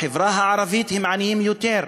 בחברה הערבית הם עניים יותר.